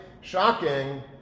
shocking